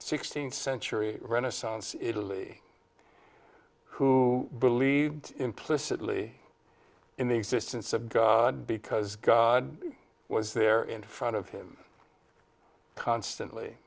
sixteenth century renaissance italy who believed implicitly in the existence of god because god was there in front of him constantly